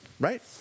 Right